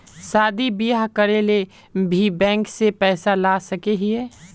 शादी बियाह करे ले भी बैंक से पैसा ला सके हिये?